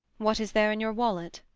what is there in your wallet?